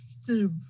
Steve